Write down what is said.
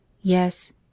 Yes